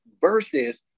versus